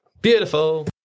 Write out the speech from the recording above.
Beautiful